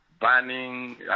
banning